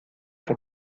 pour